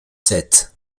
sept